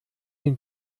den